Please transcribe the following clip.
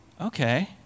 okay